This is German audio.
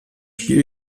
spiel